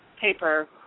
paper